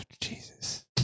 Jesus